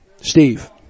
Steve